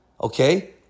Okay